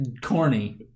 corny